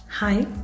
Hi